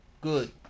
good